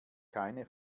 keine